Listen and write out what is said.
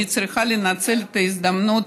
אני צריכה לנצל את ההזדמנות